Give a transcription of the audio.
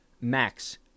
Max